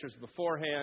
beforehand